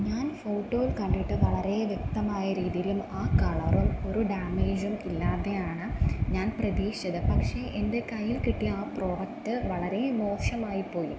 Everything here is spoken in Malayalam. ഞാൻ ഫോട്ടോയിൽ കണ്ടിട്ട് വളരെ വ്യക്തമായ രീതിയിലും ആ കളറും ഒരു ഡാമേജും ഇല്ലാതെയാണ് ഞാൻ പ്രതീക്ഷിച്ചത് പക്ഷെ എൻ്റെ കയ്യിൽ കിട്ടിയ ആ പ്രോഡക്റ്റ് വളരെ മോശമായിപ്പോയി